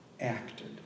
acted